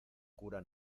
cura